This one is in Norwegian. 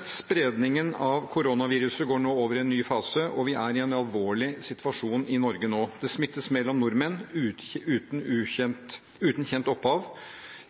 Spredningen av koronaviruset går nå over i en ny fase, og vi er i en alvorlig situasjon i Norge. Det smittes mellom nordmenn, uten kjent opphav.